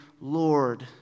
Lord